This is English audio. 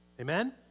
Amen